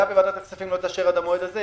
אם היא לא תאשר עד מועד זה,